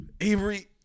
Avery